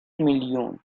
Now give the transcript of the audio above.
میلیون